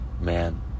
Man